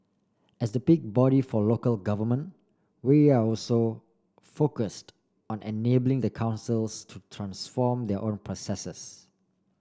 as the peak body for local government we're also focused on enabling the councils to transform their own processes